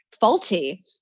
faulty